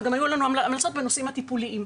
וגם היו לנו המלצות בנושאים הטיפוליים.